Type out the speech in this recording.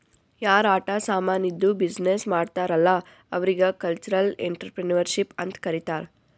ಯಾರ್ ಆಟ ಸಾಮಾನಿದ್ದು ಬಿಸಿನ್ನೆಸ್ ಮಾಡ್ತಾರ್ ಅಲ್ಲಾ ಅವ್ರಿಗ ಕಲ್ಚರಲ್ ಇಂಟ್ರಪ್ರಿನರ್ಶಿಪ್ ಅಂತ್ ಕರಿತಾರ್